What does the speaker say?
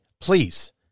please